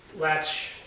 latch